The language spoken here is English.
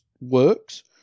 works